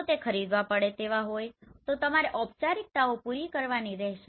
જો તે ખરીદવા પડે તેવા હોય તો તમારે ઔપચારિકતાઓ પૂરી કરવાની રહેશે